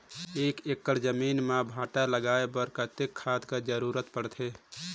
एक एकड़ जमीन म भांटा लगाय बर कतेक खाद कर जरूरत पड़थे?